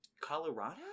Colorado